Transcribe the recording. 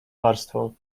warstwą